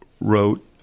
wrote